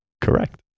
Correct